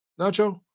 Nacho